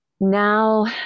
now